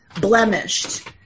blemished